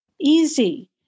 easy